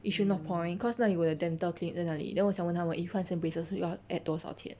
yishun north point cause 那里我的 dental clinic 在那里 then 我想问他们 if 换成 braces 会要 add 多少前